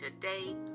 today